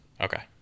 Okay